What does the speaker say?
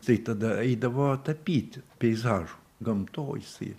tai tada eidavo tapyti peizažų gamtoj jisai